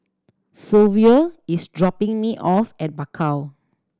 Silvio is dropping me off at Bakau